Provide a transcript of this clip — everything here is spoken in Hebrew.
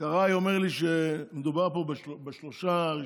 שקרעי אומר לי שמדובר פה בשלושה הראשונים,